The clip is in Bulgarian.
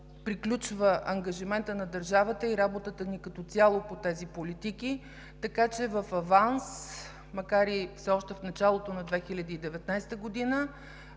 приключва ангажиментът на държавата и работата ни като цяло по тези политики. Така че в аванс, макар и все още в началото на 2019 г.,